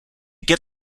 get